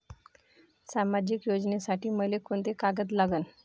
सामाजिक योजनेसाठी मले कोंते कागद लागन?